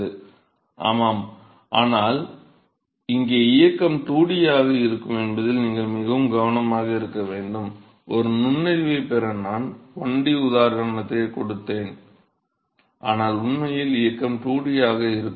மாணவர் ஆமாம் ஆனால் இங்கே இயக்கம் 2D ஆக இருக்கும் என்பதில் நீங்கள் மிகவும் கவனமாக இருக்க வேண்டும் ஒரு நுண்ணறிவைப் பெற நான் 1D உதாரணத்தைக் கொடுத்தேன் ஆனால் உண்மையில் இயக்கம் 2D ஆக இருக்கும்